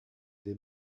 des